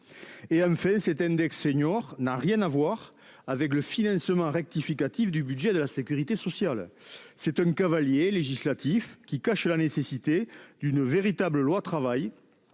me fait cet index senior n'a rien à voir avec le financement rectificative du budget de la Sécurité sociale, c'est un cavalier législatif qui cache la nécessité d'une véritable loi travail.